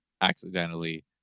accidentally